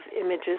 images